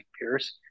Pierce